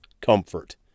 comfort